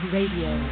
Radio